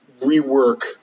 rework